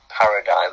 paradigm